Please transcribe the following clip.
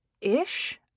Ish